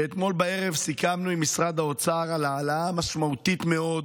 שאתמול בערב סיכמנו עם משרד האוצר על העלאה משמעותית מאוד